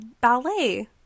ballet